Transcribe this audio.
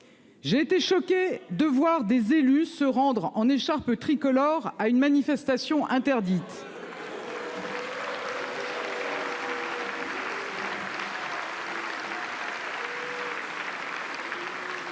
J'ai été choqué de voir des élus se rendre en écharpe tricolore à une manifestation interdite.